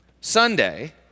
Sunday